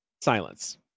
Silence